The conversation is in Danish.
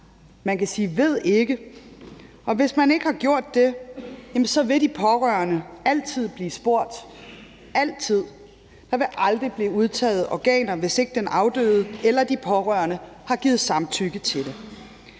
man kan sige ved ikke. Og hvis man ikke har gjort det, jamen så vil de pårørende altid blive spurgt, altid. Der vil aldrig blive udtaget organer, hvis ikke den afdøde eller de pårørende har givet samtykke til det.